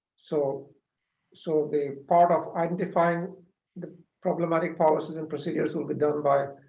so so the part of identifying the problematic policies and procedures will be done by